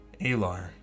Alar